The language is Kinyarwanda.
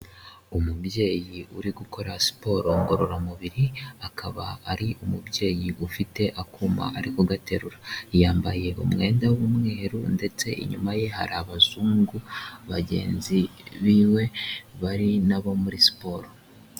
Umubyeyi uri gukora siporo ngororamubiri, akaba ari umubyeyi ufite akuma ari kugaterura, yambaye umwenda w'umweru ndetse inyuma ye hari abazungu bagenzi biwe bari nabo muri siporo.